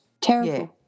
terrible